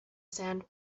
sand